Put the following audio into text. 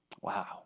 Wow